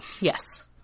Yes